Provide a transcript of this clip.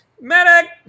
Medic